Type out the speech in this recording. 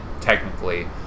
technically